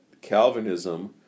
Calvinism